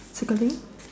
circling